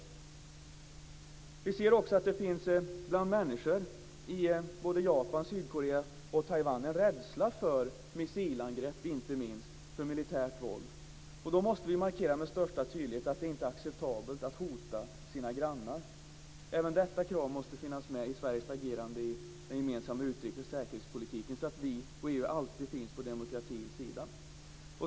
Vi ser också att det finns en rädsla hos människor i Japan, Sydkorea och Taiwan för missilangrepp och militärt våld. Då måste vi markera med största tydlighet att det inte är acceptabelt att hota sina grannar. Även detta krav måste finnas med i Sveriges agerande i den gemensamma utrikes och säkerhetspolitiken så att vi och EU alltid finns på demokratins sida.